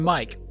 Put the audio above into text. Mike